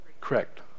Correct